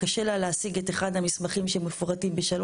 קשה לה להשיג את אחד המסמכים שמפורטים ב-3